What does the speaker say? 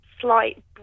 slight